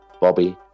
Bobby